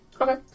Okay